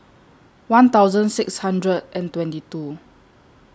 one thousand six hundred and twenty two